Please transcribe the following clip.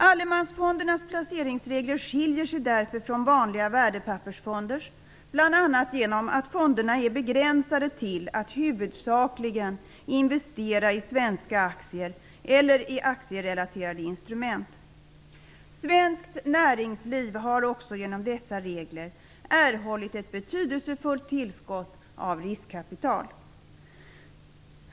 Allemansfondernas placeringsregler skiljer sig därför från vanliga värdepappersfonders, bl.a. genom att fonderna är begränsade till att huvudsakligen investera i svenska aktier eller aktierelaterade instrument. Svenskt näringsliv har också genom dessa regler erhållit ett betydelsefullt tillskott av riskkapital.